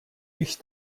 ich